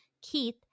Keith